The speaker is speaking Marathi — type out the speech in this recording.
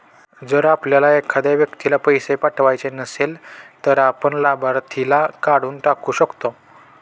जर आपल्याला एखाद्या व्यक्तीला पैसे पाठवायचे नसेल, तर आपण लाभार्थीला काढून टाकू शकतो